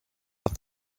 and